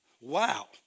wow